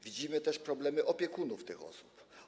Widzimy też problemy opiekunów tych osób.